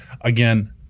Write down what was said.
Again